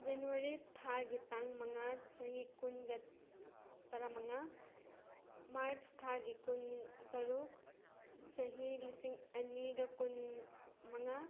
ꯖꯅꯋꯥꯔꯤ ꯊꯥꯒꯤ ꯇꯥꯡ ꯃꯉꯥ ꯆꯍꯤ ꯀꯨꯟꯒ ꯇꯔꯥꯃꯉꯥ ꯃꯥꯔꯆ ꯊꯥꯒꯤ ꯀꯨꯟꯇꯔꯨꯛ ꯆꯍꯤ ꯂꯤꯁꯤꯡ ꯑꯅꯤꯒ ꯀꯨꯟꯃꯉꯥ